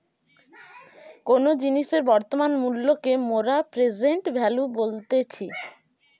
কোনো জিনিসের বর্তমান মূল্যকে মোরা প্রেসেন্ট ভ্যালু বলতেছি